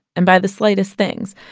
and by the slightest things.